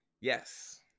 Yes